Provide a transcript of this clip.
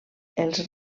els